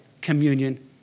communion